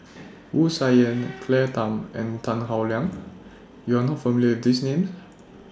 Wu Tsai Yen Claire Tham and Tan Howe Liang YOU Are not familiar with These Names